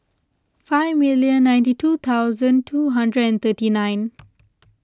five million ninety two thousand two hundred and thirty nine